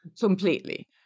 Completely